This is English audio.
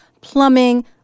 plumbing